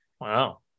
Wow